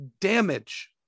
damage